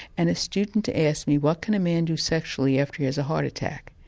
and a student asked me what can a man do sexually after he has a heart attack?